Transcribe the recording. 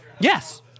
Yes